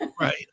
Right